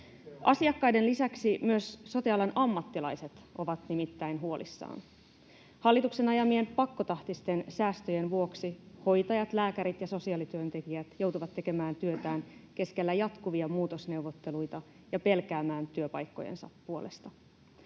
Asiakkaiden lisäksi myös sote-alan ammattilaiset ovat nimittäin huolissaan. Hallituksen ajamien pakkotahtisten säästöjen vuoksi hoitajat, lääkärit ja sosiaalityöntekijät joutuvat tekemään työtään keskellä jatkuvia muutosneuvotteluita ja pelkäämään työpaikkojensa puolesta.